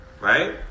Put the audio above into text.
right